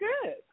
good